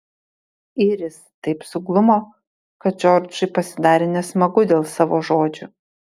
iris taip suglumo kad džordžui pasidarė nesmagu dėl savo žodžių